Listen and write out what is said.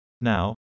Now